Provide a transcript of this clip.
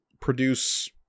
produce